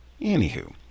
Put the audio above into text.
Anywho